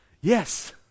yes